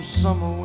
summer